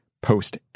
post